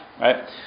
right